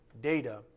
data